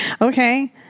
Okay